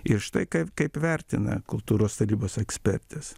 ir štai kaip kaip vertina kultūros tarybos ekspertės